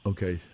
Okay